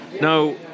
Now